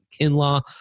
Kinlaw